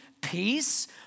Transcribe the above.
peace